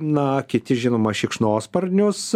na kiti žinoma šikšnosparniuos